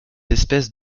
espèces